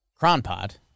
Cronpod